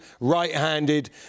right-handed